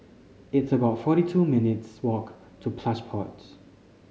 it's about forty two minutes walk to Plush Pods